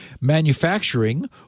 manufacturing